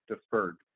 deferred